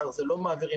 מחר לא מעבירים,